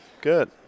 Good